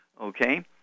Okay